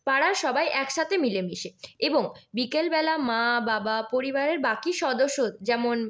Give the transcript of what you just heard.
পাড়ার সবাই এক সাথে মিলেমিশে এবং বিকেলবেলা মা বাবা পরিবারের বাকি সদস্য যেমন